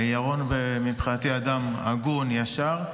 ירון מבחינתי אדם הגון, ישר,